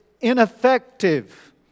ineffective